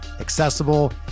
accessible